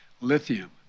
lithium